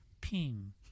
ping